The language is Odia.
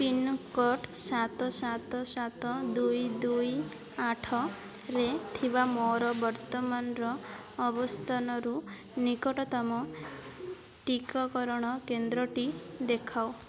ପିନ୍କୋଡ଼୍ ସାତ ସାତ ସାତ ଦୁଇ ଦୁଇ ଆଠରେ ଥିବା ମୋର ବର୍ତ୍ତମାନର ଅବସ୍ଥାନରୁ ନିକଟତମ ଟିକାକରଣ କେନ୍ଦ୍ରଟି ଦେଖାଅ